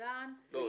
לסודן ---?